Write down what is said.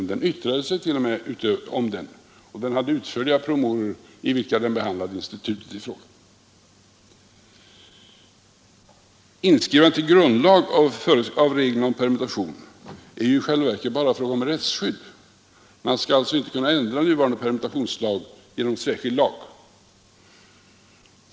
Beredningen yttrade sig till och med om den och hade utförliga promemorior i vilka beredningen behandlade institutet i fråga. Inskrivandet i grundlag av regler om permutation är i själva verket bara en fråga om rättsskydd. Man skall alltså inte kunna ändra nuvarande permutationslag genom en särskild lag.